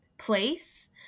place